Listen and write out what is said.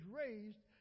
raised